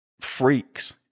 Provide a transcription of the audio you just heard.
freaks